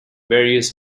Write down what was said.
various